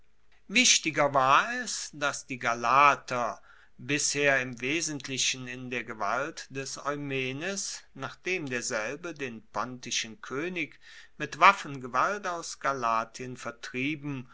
wichtiger war es dass die galater bisher im wesentlichen in der gewalt des eumenes nachdem derselbe den pontischen koenig mit waffengewalt aus galatien vertrieben